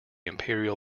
imperial